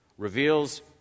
reveals